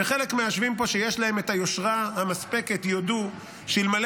וחלק מהיושבים פה שיש להם את היושרה המספקת יודו שאלמלא